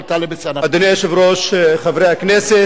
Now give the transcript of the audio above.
יעבור זמנו